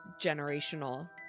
generational